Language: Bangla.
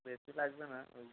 বেশি লাগবে না ওই